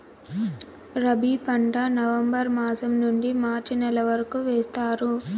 రబీ పంట నవంబర్ మాసం నుండీ మార్చి నెల వరకు వేస్తారు